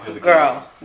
girl